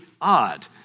odd